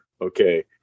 Okay